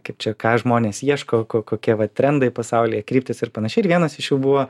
kaip čia ką žmonės ieško ko kokie va trendai pasauly kryptys ir panašiai ir vienas iš jų buvo